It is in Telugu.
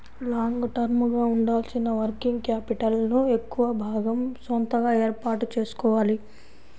లాంగ్ టర్మ్ గా ఉండాల్సిన వర్కింగ్ క్యాపిటల్ ను ఎక్కువ భాగం సొంతగా ఏర్పాటు చేసుకోవాలి